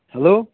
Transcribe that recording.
hello